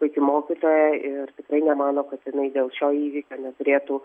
puiki mokytoja ir tikrai nemano kad jinai dėl šio įvykio neturėtų